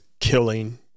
killing